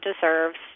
deserves